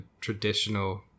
traditional